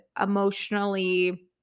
emotionally